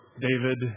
David